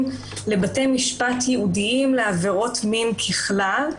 לבתי משפט ייעודיים לעבירות מין ככלל,